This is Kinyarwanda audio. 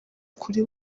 kuri